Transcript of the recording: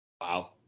Wow